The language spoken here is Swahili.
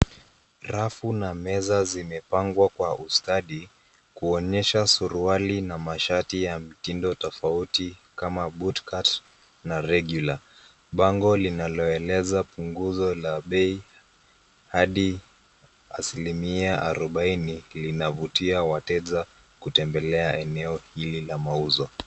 Rafu na meza zimepangwa kwa ustadi kuonyesha suruali na mashati ya mitindo tofauti kama bootcut na regular . Bango linaloeleza punguzo la bei hadi asilimia arubaini linavutia wateja kutembelea eneo hili la mauzo.